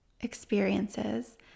experiences